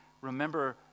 remember